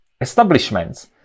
establishments